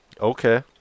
Okay